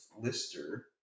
Lister